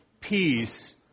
peace